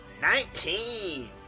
Nineteen